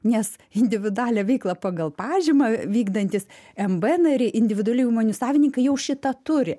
nes individualią veiklą pagal pažymą vykdantys mb nariai individualių įmonių savininkai jau šitą turi